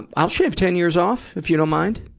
and i'll shave ten years off, if you don't mind.